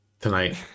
tonight